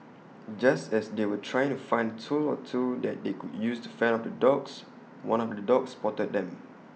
just as they were trying to find A tool or two that they could use to fend off the dogs one of the dogs spotted them